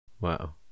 Wow